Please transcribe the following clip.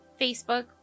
Facebook